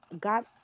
got